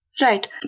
Right